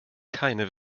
keine